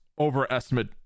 overestimate